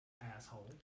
Asshole